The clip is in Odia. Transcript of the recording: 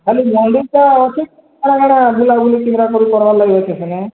ଖାଲି ମନ୍ଦିର୍ଟା ଅଛି ଆର୍ କାଣା ବୁଲା ବୁଲି କିଣାକିଣି କିରିବାର ଲାଗି କିଛି ନାହିଁ